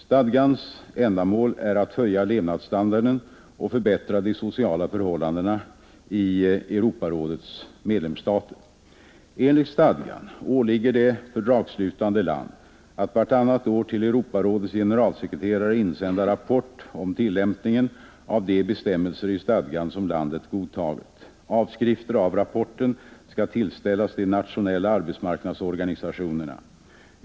Stadgans ändamål är att höja levnadsstandarden och förbättra de sociala förhållandena i Europarådets medlemsstater. Enligt stadgan åligger det fördragsslutande land att vartannat år till Europarådets generalsekreterare insända rapport om tillämpningen av de bestämmelser i stadgan som landet godtagit. Avskrifter av rapporten skall tillställas de nationella arbetsmarknadsorganisationerna.